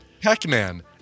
Pac-Man